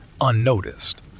unnoticed